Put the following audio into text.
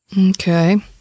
Okay